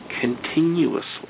continuously